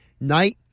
night